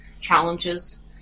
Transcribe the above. challenges